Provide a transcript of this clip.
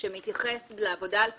שמתייחס לעבודה על פיגומים,